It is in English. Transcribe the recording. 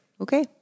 Okay